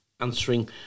answering